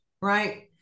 right